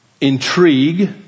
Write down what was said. intrigue